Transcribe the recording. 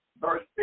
verse